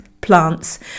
plants